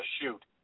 shoot